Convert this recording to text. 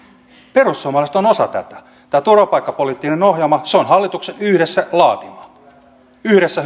perussuomalaiset on osa tätä tämä turvapaikkapoliittinen ohjelma on hallituksen yhdessä laatima yhdessä